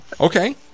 Okay